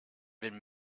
been